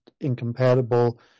incompatible